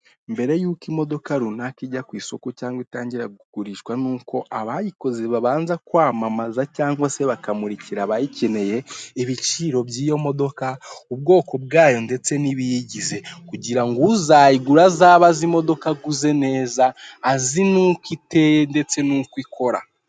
Imbere y'uko imodoka runaka ijya ku isoko cyangwa itangira kugurishwa nuko abayikoze babanza kwamamaza cyangwa se bakamurikira abayikeneye ibiciro by'iyo modoka ubwoko bwayo ndetse n'ibiyigize kugira ngo uzayigura azaba azi imodoka aguze neza azi nuko iteye ndetse n'uko ikora.